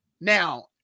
now